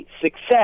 success